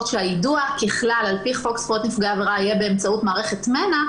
שהיידוע ככלל על פי חוק זכויות נפגעי עבירה יהיה באמצעות מערכת מנע,